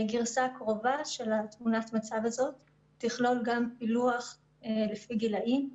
הגרסה הקרובה של תמונת המצב הזאת תכלול גם פילוח לפי גילאים,